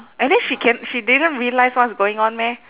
and then she can she didn't realise what's going on meh